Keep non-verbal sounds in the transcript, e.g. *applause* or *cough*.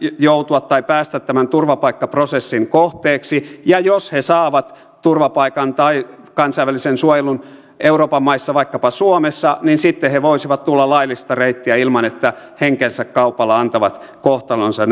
joutua tai päästä tämän turvapaikkaprosessin kohteiksi ja jos he saavat turvapaikan tai kansainvälisen suojelun euroopan maissa vaikkapa suomessa niin sitten he voisivat tulla laillista reittiä ilman että he henkensä kaupalla antavat kohtalonsa *unintelligible*